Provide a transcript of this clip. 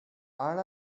all